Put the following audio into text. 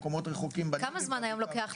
מקומות רחוקים --- כמה זמן לוקח היום